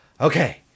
okay